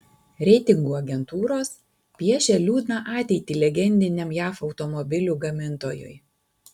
reitingų agentūros piešia liūdną ateitį legendiniam jav automobilių gamintojui